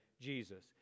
Jesus